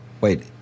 wait